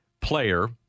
player